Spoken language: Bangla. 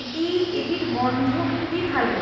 এটি এটির গন্ধ খুবই ভালো